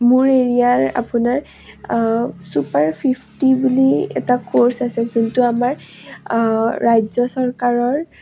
মোৰ এৰিয়াৰ আপোনাৰ চুপাৰ ফিফটি বুলি এটা ক'ৰ্চ আছে যোনটো আমাৰ ৰাজ্য চৰকাৰৰ